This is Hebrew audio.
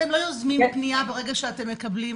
אתם לא יוזמים פנייה ברגע שאתם מקבלים,